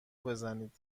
بزنید